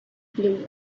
blue